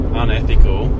unethical